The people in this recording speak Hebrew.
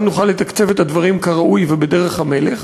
גם נוכל לתקצב את הדברים כראוי ובדרך המלך,